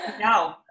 No